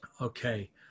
Okay